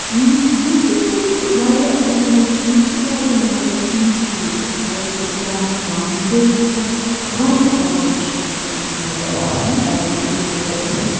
district حظ چھُ واریاہ لِحاظو ٹھیٖک تہٕ واریاہ لِحاظو چھنہٕ یہِ ٹھیٖک تہِ اَگر حظ أسۍ کَران چھِ ٹرانَسپوٹٕچ کَتھ واریاہ پرابلم چھِ اَسہِ وٕنکؠنَس نَظَر گَژھان پَننس ڈِسٹرکَس منٛز